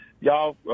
y'all